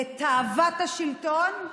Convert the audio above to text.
לתאוות השלטון.